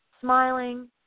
smiling